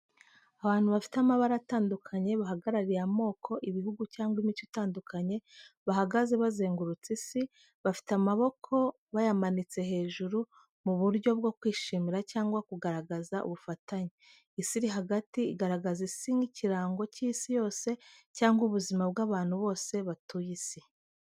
Abantu bafite amabara atandukanye bahagarariye amoko, ibihugu cyangwa imico itandukanye bahagaze bazengurutse isi, bafite amaboko bayamanitse hejuru mu buryo bwo kwishimira cyangwa kugaragaza ubufatanye. Isi iri hagati igaragaza isi nk’ikirango cy’isi yose cyangwa ubuzima bw’abantu bose batuye isi.